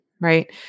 right